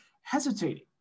hesitating